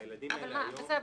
הילדים האלה היום --- בסדר,